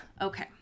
okay